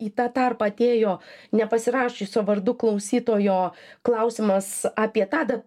į tą tarpą atėjo nepasirašiusio vardu klausytojo klausimas apie tadą